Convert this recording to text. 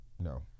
No